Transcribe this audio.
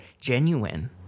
genuine